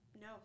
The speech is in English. No